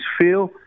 feel